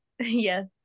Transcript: yes